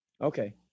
Okay